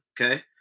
okay